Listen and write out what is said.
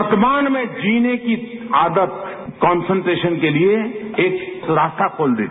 वर्तमान में जीने की आदत कन्संट्रेशन के लिए एक रास्ता खोल देती है